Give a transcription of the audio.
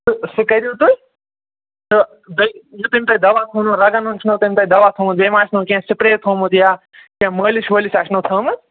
تہٕ سُہ کٔرِو تُہۍ تہٕ بیٚیہِ یہِ تٔمۍ تۄہہِ دوا تھوٚونو رَگَن ہُنٛد چھُنو تۄہہِ تٔمۍ دوا تھوٚمُت بیٚیہِ مَہ آسِنو کیٚنٛہہ سِپرٛے تھوٚمُت یا کیٚنٛہہ مٲلَش وٲلِش آسِنو تھٲمٕژ